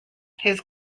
his